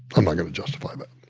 i'm not going to justify that